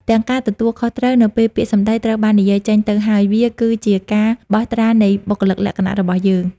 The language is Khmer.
ទាំងការទទួលខុសត្រូវ នៅពេលពាក្យសម្ដីត្រូវបាននិយាយចេញទៅហើយ វាគឺជាការបោះត្រានៃបុគ្គលិកលក្ខណៈរបស់យើង។